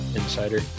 insider